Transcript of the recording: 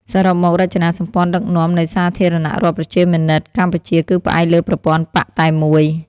សរុបមក រចនាសម្ព័ន្ធដឹកនាំនៃសាធារណរដ្ឋប្រជាមានិតកម្ពុជាគឺផ្អែកលើប្រព័ន្ធបក្សតែមួយ។